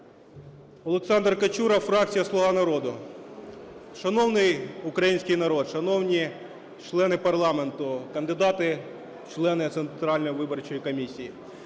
Олександр Качура, фракція "Слуга народу". Шановний український народ, шановні члени парламенту, кандидати в члени Центральної виборчої комісії!